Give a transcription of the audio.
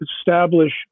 establish